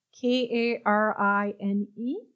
K-A-R-I-N-E